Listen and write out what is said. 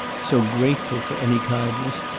so grateful for any kindness,